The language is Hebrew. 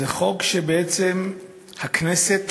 זה חוק שבעצם הכנסת